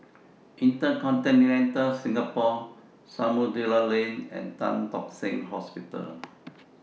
InterContinental Singapore Samudera Lane and Tan Tock Seng Hospital